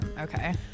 Okay